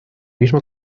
mismo